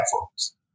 folks